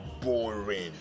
boring